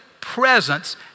presence